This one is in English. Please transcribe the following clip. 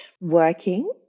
working